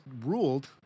ruled